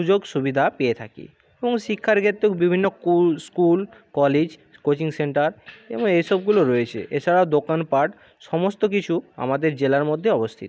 সুযোগ সুবিধা পেয়ে থাকি এবং শিক্ষার ক্ষেত্রেও বিভিন্ন স্কুল কলেজ কোচিং সেন্টার এবং এসবগুলো রয়েছে এছাড়াও দোকানপাট সমস্ত কিছু আমাদের জেলার মধ্যে অবস্থিত